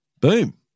Boom